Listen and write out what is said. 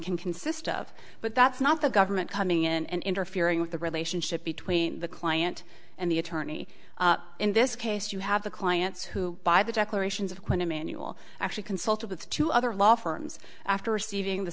can consist of but that's not the government coming in and interfering with the relationship between the client and the attorney in this case you have the clients who by the declarations of quinn emanuel actually consulted with two other law firms after receiving the